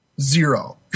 zero